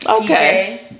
Okay